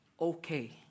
okay